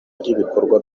ry’ibikorwa